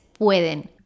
pueden